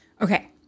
Okay